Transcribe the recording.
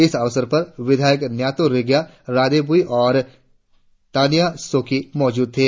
इस अवसर पर विधायक न्यातो रिगिया रोदे बुई और तानिया सोकी मौजूद थे